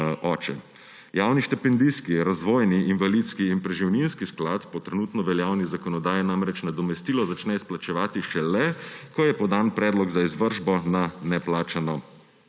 oče. Javni štipendijski, razvojni, invalidski in preživninski sklad po trenutno veljavni zakonodaji namreč nadomestilo začne izplačevati šele, ko je podan predlog za izvršbo na neplačano